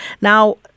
Now